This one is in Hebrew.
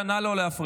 תודה.